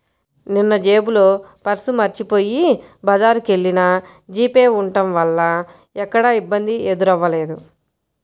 నిన్నజేబులో పర్సు మరచిపొయ్యి బజారుకెల్లినా జీపే ఉంటం వల్ల ఎక్కడా ఇబ్బంది ఎదురవ్వలేదు